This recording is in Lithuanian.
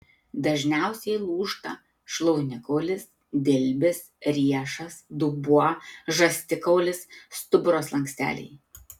dažniausiai lūžta šlaunikaulis dilbis riešas dubuo žastikaulis stuburo slanksteliai